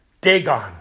Dagon